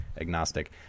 agnostic